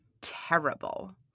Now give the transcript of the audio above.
terrible